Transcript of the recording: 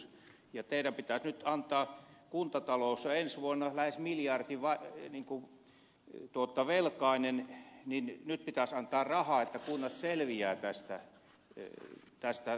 teidän pitäisi nyt kun kuntatalous on ensi vuonna lähes miljardin velkainen antaa rahaa että kunnat selviävät näistä velvoitteista mitä on